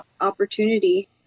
opportunity